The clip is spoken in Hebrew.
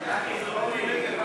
ההסתייגות של חברת הכנסת אורלי